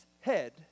head